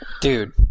Dude